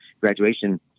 graduation